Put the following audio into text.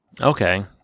Okay